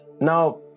Now